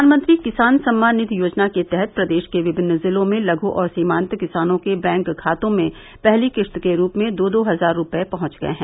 प्रधानमंत्री किसान सम्मान निधि योजना के तहत प्रदेश के विभिन्न जिलों में लघ् और सीमांत किसानों के बैंक खातों में पहली किस्त के रूप में दो दो हज़ार रूपये पहुंच गये हैं